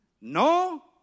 no